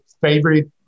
favorite